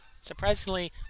Surprisingly